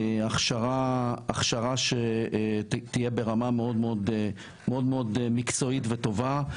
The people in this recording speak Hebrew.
הכשרה שתהיה ברמה מאוד מאוד מקצועית וטובה.